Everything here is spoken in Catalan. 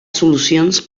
solucions